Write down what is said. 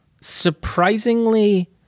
surprisingly